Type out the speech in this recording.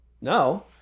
no